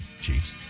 Chiefs